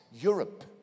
Europe